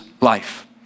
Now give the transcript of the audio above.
life